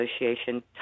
Association